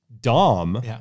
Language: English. Dom